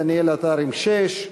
דניאל עטר עם שש דקות,